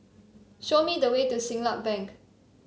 show me the way to Siglap Bank